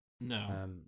No